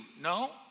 no